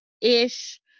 ish